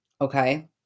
okay